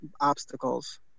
obstacles